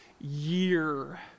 year